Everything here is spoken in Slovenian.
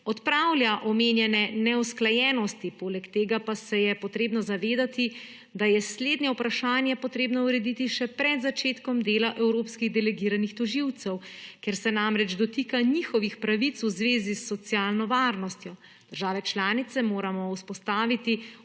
odpravlja omenjene neusklajenosti, poleg tega pa se je potrebno zavedati, da je slednje vprašanje potrebno urediti še pred začetkom dela evropskih delegiranih tožilcev, ker se namreč dotika njihovih pravic v zvezi s socialno varnostjo. Države članice moramo vzpostaviti